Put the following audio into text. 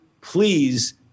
please